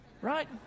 right